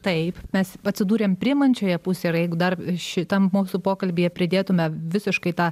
taip mes atsidūrėm priimančioje pusėje ir jeigu dar šitai mūsų pokalbyje pridėtume visiškai tą